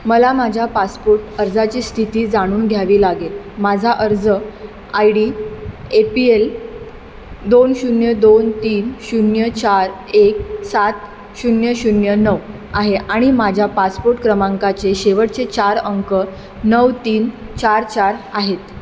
मला माझ्या पासपोर्ट अर्जाची स्थिती जाणून घ्यावी लागेल माझा अर्ज I D A P L दोन शून्य दोन तीन शून्य चार एक सात शून्य शून्य नऊ आहे आणि माझ्या पासपोर्ट क्रमांकाचे शेवटचे चार अंक नऊ तीन चार चार आहेत